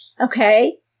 okay